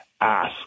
ask